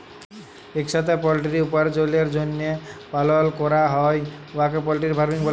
ইকসাথে পলটিরি উপার্জলের জ্যনহে পালল ক্যরা হ্যয় উয়াকে পলটিরি ফার্মিং ব্যলে